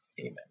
Amen